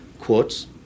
quotes